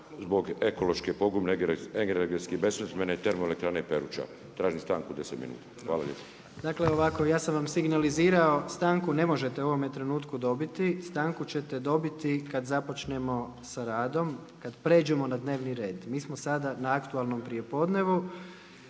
zbog ekološke pogrebne energetski besmislene termoelektrane Peruća. Tražim stanku 10 minuta. Hvala. **Jandroković, Gordan (HDZ)** Dakle, ja sam vam signalizirao, stanku ne možete u ovome trenutku dobiti. Stanku ćete dobiti kad započnemo sa radom, kad pređemo na dnevni red. Mi smo sada na aktualnom prijepodnevu,